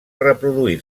reproduir